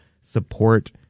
support